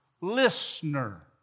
Listener